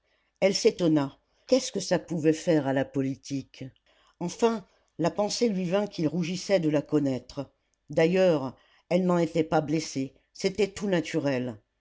elle s'étonna qu'est-ce que ça pouvait faire à la politique enfin la pensée lui vint qu'il rougissait de la connaître d'ailleurs elle n'en était pas blessée c'était tout naturel